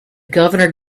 governor